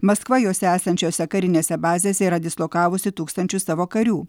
maskva jose esančiose karinėse bazėse yra dislokavusi tūkstančius savo karių